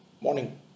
Morning